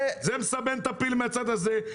זה מסבן את הפיל מהצד הזה.